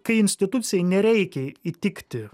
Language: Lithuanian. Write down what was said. kai institucijai nereikia įtikti